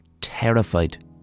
terrified